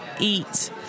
eat